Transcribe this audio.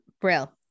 Brill